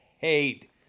hate